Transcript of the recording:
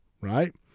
right